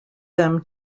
them